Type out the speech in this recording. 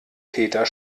täter